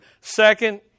Second